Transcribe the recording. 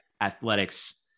athletics